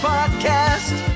Podcast